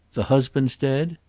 the husband's dead?